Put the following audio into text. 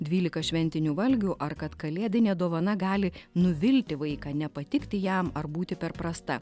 dvylika šventinių valgių ar kad kalėdinė dovana gali nuvilti vaiką nepatikti jam ar būti per prasta